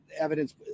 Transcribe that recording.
evidence